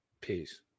Peace